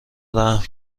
رحم